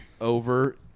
over